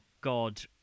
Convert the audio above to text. god